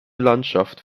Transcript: landschaft